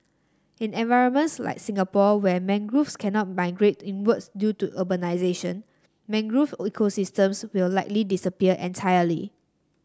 in environments like Singapore where mangroves cannot migrate inwards due to urbanisation mangrove ecosystems will likely disappear entirely